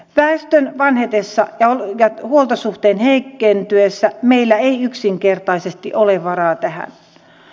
väestön vanhetessa ja huoltosuhteen heikentyessä meillä ei yksinkertaisesti ole varaa tähän